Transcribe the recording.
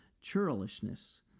churlishness